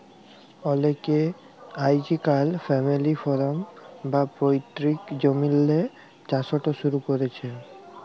অলেকে আইজকাইল family farm বা পৈত্তিক জমিল্লে চাষট শুরু ক্যরছে